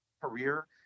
career